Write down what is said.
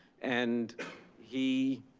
and he,